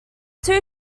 two